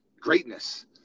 greatness